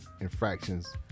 infractions